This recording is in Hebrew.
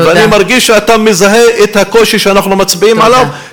ואני מרגיש שאתה מזהה את הקושי שאנחנו מצביעים עליו,